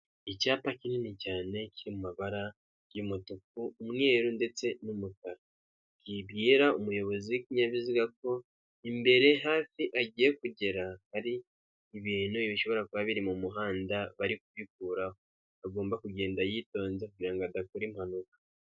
Icyapa kinini cyane kiri mu mabara y'umutuku, umweru ndetse n'umukara, kibwira umuyobozi w'ikinyabiziga ko imbere hafi agiye kugera, hari ibintu bishobora kuba biri mu muhanda, bari kukuraho, agomba kugenda yitonze kugirango adakora impanuka.